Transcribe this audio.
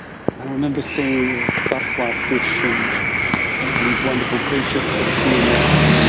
i remember seeing butterfly fish and all these wonderful creatures sort of swimming around.